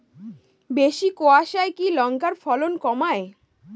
বেশি কোয়াশায় কি লঙ্কার ফলন কমায়?